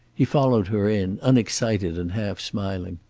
he followed her in, unexcited and half smiling.